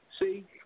See